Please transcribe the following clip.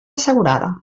assegurada